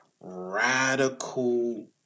radical